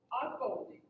unfolding